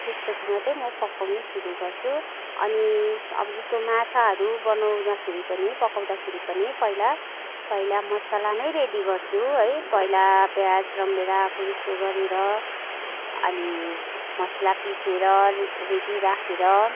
त्यसपछि मात्रै म पकाउनु सुरु गर्छु अनि अब जस्तो माछाहरू बनाउँदाखेरि पनि पकाउँदाखेरि पनि पहिला पहिला मसला नै रेडी गर्छु है पहिला प्याज रामभेँडा कोरेसो गरेर अनि मसला पिसेर रेडी राखेर